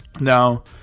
Now